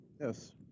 Yes